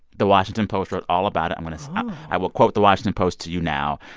the washington post wrote all about it. i'm going to and i will quote the washington post to you now.